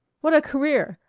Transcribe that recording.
what a career!